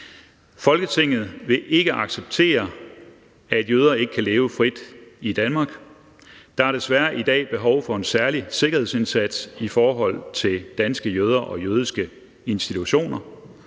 Folketinget vil ikke acceptere, at jøder ikke kan leve frit i Danmark. Der er desværre i dag behov for en særlig sikkerhedsindsats i forhold til danske jøder og jødiske institutioner.